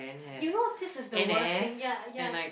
you know this is the worst thing ya ya